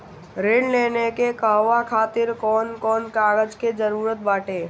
ऋण लेने के कहवा खातिर कौन कोन कागज के जररूत बाटे?